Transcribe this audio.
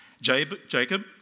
Jacob